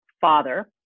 father